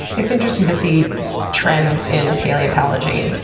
it's interesting to see trends in paleontology. and